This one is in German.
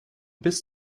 bis